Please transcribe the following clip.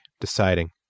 deciding